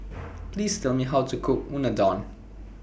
Please Tell Me How to Cook Unadon